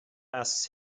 asks